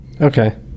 Okay